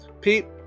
pete